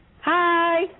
Hi